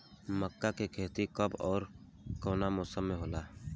मका के खेती कब ओर कवना मौसम में होला?